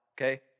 okay